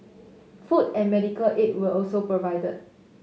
food and medical aid where also provide